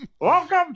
Welcome